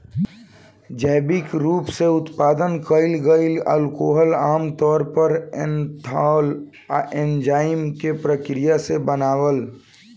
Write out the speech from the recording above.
जैविक रूप से उत्पादन कईल गईल अल्कोहल आमतौर पर एथनॉल आ एन्जाइम के क्रिया से बनावल